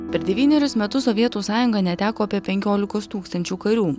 per devynerius metus sovietų sąjunga neteko apie penkiolikos tūkstančių karių